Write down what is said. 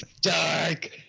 Dark